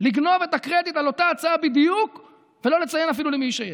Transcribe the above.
לגנוב את הקרדיט על אותה הצעה בדיוק ולא לציין אפילו למי היא שייכת.